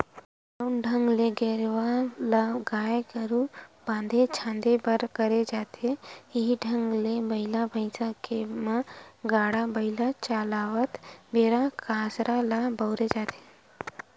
जउन ढंग ले गेरवा ल गाय गरु बांधे झांदे बर करे जाथे इहीं ढंग ले बइला भइसा के म गाड़ा बइला चलावत बेरा कांसरा ल बउरे जाथे